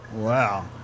Wow